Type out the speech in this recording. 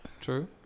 True